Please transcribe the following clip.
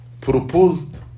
proposed